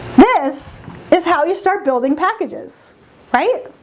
this is how you start building packages right,